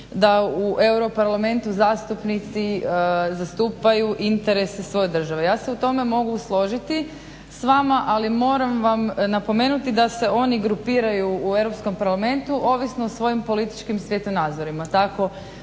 da u EU parlamentu zastupnici zastupaju interese svoje države. Ja se u tome mogu složiti sa vama, ali moram vam napomenuti da se oni grupiraju u Europskom parlamentu ovisno o svojim političkim svjetonazorima.